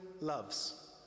loves